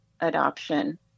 adoption